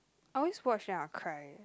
I always watch then I'll cry